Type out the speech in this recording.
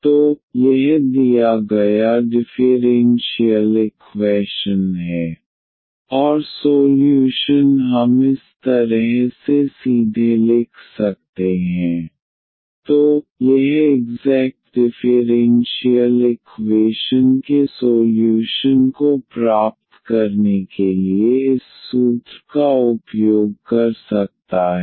तो यह दिया गया डिफ़ेरेन्शियल इक्वैशन है x2 4xy 2y2dxy2 4xy 2x2dy0 और सोल्यूशन हम इस तरह से सीधे लिख सकते हैं MdxtermofNnotcontainingxdyc तो यहां यह है x2 4xy 2y2dxy2dyc ⟹x33 2x2y 2xy2y33c तो यह इग्ज़ैक्ट डिफ़ेरेन्शियल इक्वेशन के सोल्यूशन को प्राप्त करने के लिए इस सूत्र का उपयोग कर सकता है